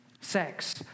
Sex